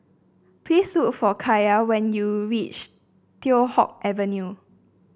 please look for Kaia when you reach Teow Hock Avenue